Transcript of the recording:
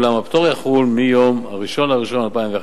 אולם הפטור יחול מיום 1 בינואר